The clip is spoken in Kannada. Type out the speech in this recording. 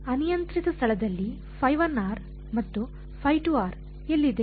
ಅನಿಯಂತ್ರಿತ ಸ್ಥಳದಲ್ಲಿ ಮತ್ತು ಎಲ್ಲಿದೆ